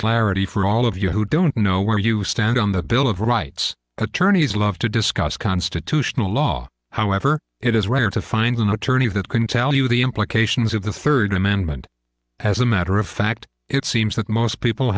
clarity for all of you who don't know where you stand on the bill of rights attorneys love to discuss constitutional law however it is rare to find an attorney that can tell you the implications of the third amendment as a matter of fact it seems that most people